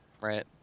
Right